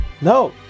No